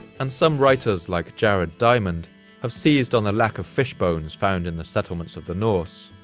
and some writers like jared diamond have seized on a lack of fish bones found in the settlements of the norse.